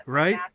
right